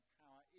power